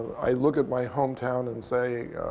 i look at my hometown and say,